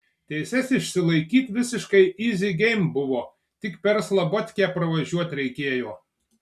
teises išsilaikyt visiškai yzi geim buvo tik per slabotkę pravažiuot reikėjo